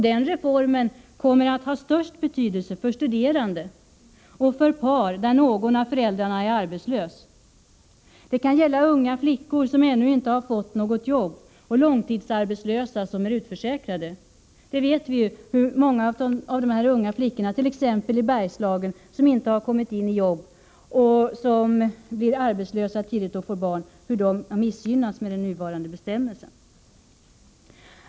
Den reformen kommer att ha störst betydelse för studerande och för par där någon av föräldrarna är arbetslös. Det kan gälla unga flickor som ännu inte har fått något jobb och långtidsarbetslösa som är utförsäkrade. Vi vet ju hur många av dessa unga flickor, t.ex. i Bergslagen, som inte har kommit in i något jobb eller som blir arbetslösa tidigt och får barn missgynnas med den nuvarande bestämmelsen.